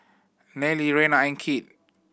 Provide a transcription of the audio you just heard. Nayely Reyna and Kit